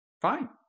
Fine